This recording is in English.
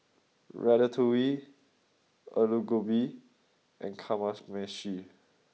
Ratatouille Alu Gobi and Kamameshi